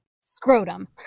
scrotum